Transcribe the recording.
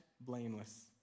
blameless